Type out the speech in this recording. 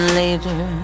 later